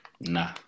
nah